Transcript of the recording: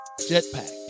Jetpack